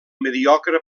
mediocre